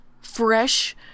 fresh